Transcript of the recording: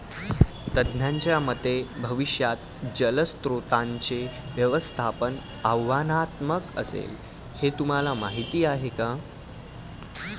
तज्ज्ञांच्या मते भविष्यात जलस्रोतांचे व्यवस्थापन आव्हानात्मक असेल, हे तुम्हाला माहीत आहे का?